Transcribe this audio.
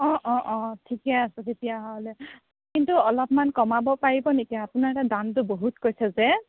অ অ অ ঠিকে আছে তেতিয়াহ'লে কিন্তু অলপমান কমাব পাৰিব নেকি আপোনাৰ তাত দামটো বহুত কৈছে যে